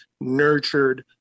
nurtured